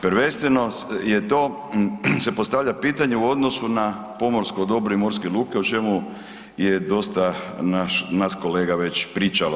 Prvenstveno je to se postavlja pitanje u odnosu na pomorsko dobro i morske luke, o čemu je dosta naš, nas kolega već pričalo.